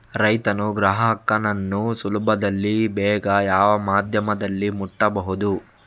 ರೈತನು ಗ್ರಾಹಕನನ್ನು ಸುಲಭದಲ್ಲಿ ಬೇಗ ಯಾವ ಮಾಧ್ಯಮದಲ್ಲಿ ಮುಟ್ಟಬಹುದು?